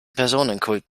personenkult